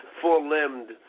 four-limbed